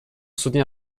soutenir